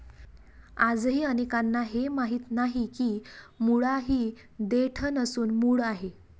आजही अनेकांना हे माहीत नाही की मुळा ही देठ नसून मूळ आहे